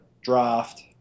draft